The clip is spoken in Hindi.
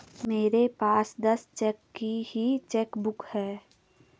मेरे पास दस चेक की ही चेकबुक है